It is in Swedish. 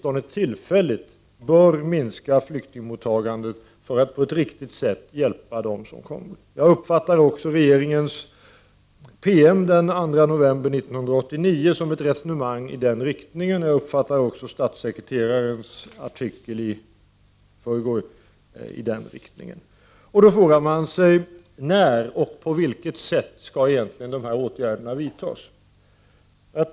1989/90:29 stone tillfälligt bör minska flyktingmottagandet, för att på ett riktigt sätt 20 november 1989 hjälpa dem som kommer. Jag uppfattar också regeringens PMavden2november 1989 som ett resonemang i den riktningen. Jag uppfattar även statssekreterarens artikel från i förrgår i den riktningen. Man frågar sig då: När och på vilket sätt skall dessa åtgärder vidtas?